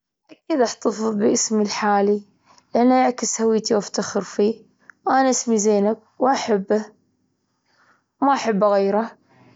أكيد، احتفظ بإسمي الحالي لأنه يعكس هويتي وأفتخر فيه، أنا اسمي زينب وأحبه. ما أحب أغيره.